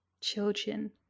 children